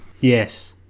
Yes